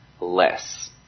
less